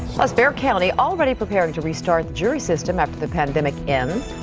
plus bexar county already preparing to restart the jury system after the pandemic ends.